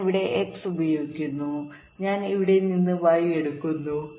ഞാൻ ഇവിടെ X പ്രയോഗിക്കുന്നു ഞാൻ ഇവിടെ നിന്ന് Y എടുക്കുന്നു